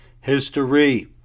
history